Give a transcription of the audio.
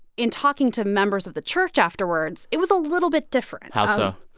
in talking to members of the church afterwards, it was a little bit different how so?